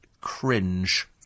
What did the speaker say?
cringe